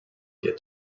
get